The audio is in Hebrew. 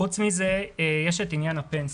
חוץ מזה, יש את עניין הפנסיה,